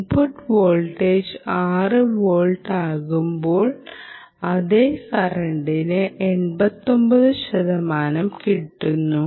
input voltage 6 volt ആകുമ്പോൾ അതേ കറണ്ടിന് 89 ശതമാനം കിട്ടുന്നു